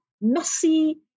messy